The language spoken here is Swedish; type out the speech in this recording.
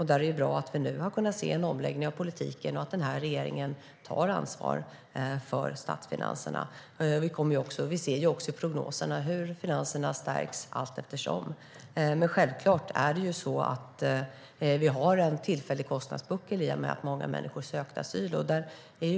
Där är det bra att vi nu har kunnat se en omläggning av politiken och att den här regeringen tar ansvar för statsfinanserna. Vi ser också i prognoserna hur finanserna stärks allteftersom. Självklart finns en tillfällig kostnadspuckel i och med att många människor sökte asyl.